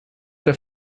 der